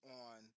on